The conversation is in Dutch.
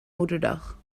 moederdag